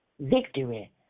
victory